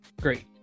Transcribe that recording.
great